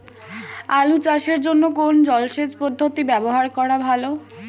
আলু চাষের জন্য কোন জলসেচ পদ্ধতি ব্যবহার করা ভালো?